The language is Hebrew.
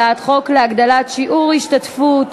הצעת חוק להגדלת שיעור ההשתתפות